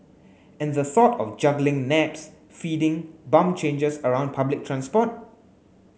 and the thought of juggling naps feeding bum changes around public transport